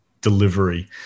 delivery